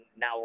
now